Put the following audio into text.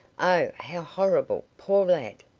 oh, how horrible poor lad!